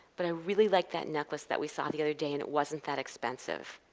but i really like that necklace that we saw the other day, and it wasn't that expensive.